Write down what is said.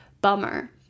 bummer